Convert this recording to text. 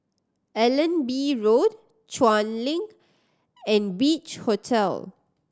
Allenby Road Chuan Link and Beach Hotel